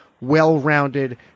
well-rounded